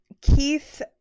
keith